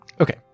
Okay